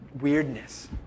weirdness